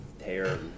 hair